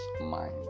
mind